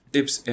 Tips